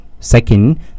Second